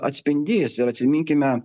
atspindys ir atsiminkime